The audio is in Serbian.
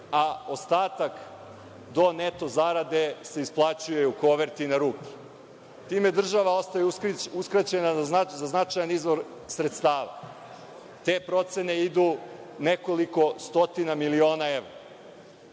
a ostatak do neto zarade se isplaćuje u koverti na ruke. Time država ostaje uskraćena za značajan izvor sredstava. Te procene idu nekoliko stotina miliona evra.